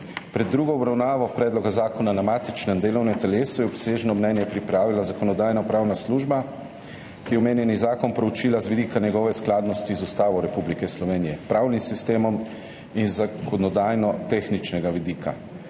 Pred drugo obravnavo predloga zakona na matičnem delovnem telesu je obsežno mnenje pripravila Zakonodajno-pravna služba, ki je omenjeni zakon proučila z vidika njegove skladnosti z Ustavo Republike Slovenije, pravnim sistemom in z zakonodajno tehničnega vidika.